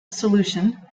solution